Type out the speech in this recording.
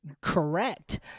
correct